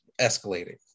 escalating